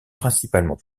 principalement